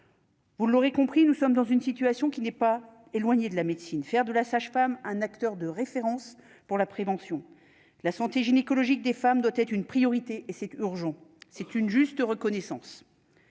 Vous l'aurez compris, nous sommes dans une situation qui n'est pas éloigné de la médecine, faire de la sage-femme, un acteur de référence pour la prévention, la santé gynécologique des femmes doit être une priorité et c'est urgent, c'est une juste reconnaissance.